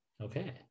okay